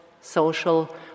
social